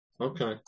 Okay